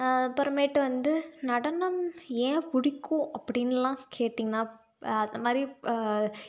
அப்புறமேட்டு வந்து நடனம் ஏன் பிடிக்கும் அப்படின்லாம் கேட்டிங்கன்னால் அந்த மாதிரி